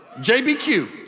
JBQ